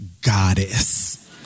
goddess